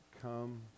come